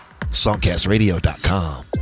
songcastradio.com